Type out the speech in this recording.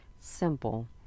simple